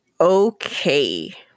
Okay